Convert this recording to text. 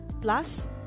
plus